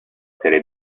essere